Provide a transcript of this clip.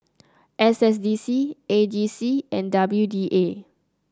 S S D C A G C and W D A